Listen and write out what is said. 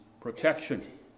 protection